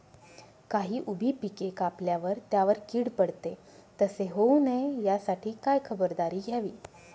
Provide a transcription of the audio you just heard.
काही उभी पिके कापल्यावर त्यावर कीड पडते, तसे होऊ नये यासाठी काय खबरदारी घ्यावी?